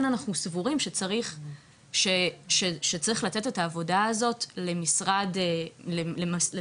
אנחנו סבורים שצריך לתת את העבודה הזאת למשרד אחר,